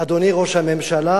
"אדוני ראש הממשלה,